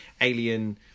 alien